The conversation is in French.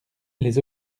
les